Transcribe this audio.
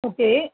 okay